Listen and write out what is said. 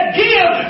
give